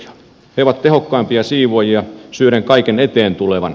ne ovat tehokkaimpia siivoajia syöden kaiken eteen tulevan